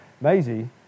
Maisie